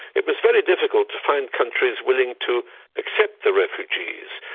it was very difficult to find countries willing to accept the refugees.